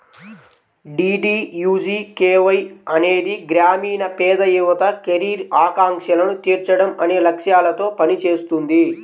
DDUGKY అనేది గ్రామీణ పేద యువత కెరీర్ ఆకాంక్షలను తీర్చడం అనే లక్ష్యాలతో పనిచేస్తుంది